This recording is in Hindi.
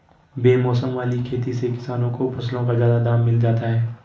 बेमौसम वाली खेती से किसानों को फसलों का ज्यादा दाम मिल जाता है